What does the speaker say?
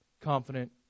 confident